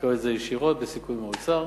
היא מקבלת את זה ישירות לפי סיכום עם האוצר.